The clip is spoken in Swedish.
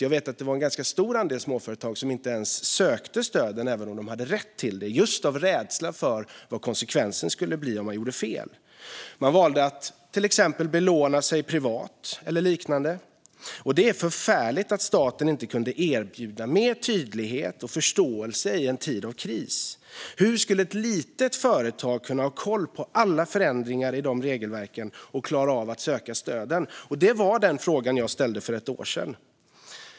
Jag vet att det var en ganska stor andel småföretag som inte ens sökte stöden även om de hade rätt till det, just av rädsla för vad konsekvensen skulle bli om de gjorde fel. De valde att till exempel belåna sig privat eller liknande. Det är förfärligt att staten inte kunde erbjuda mer tydlighet och förståelse i en tid av kris. Hur skulle ett litet företag kunna ha koll på alla förändringar i de regelverken och klara av att söka stöden? Det var den frågan jag ställde för ett år sedan.